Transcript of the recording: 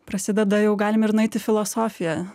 prasideda jau galim ir nueit į filosofiją